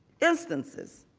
instances.